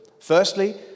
Firstly